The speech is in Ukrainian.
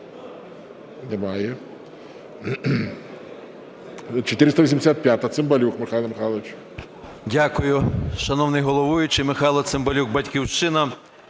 Дякую,